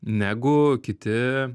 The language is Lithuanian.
negu kiti